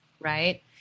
Right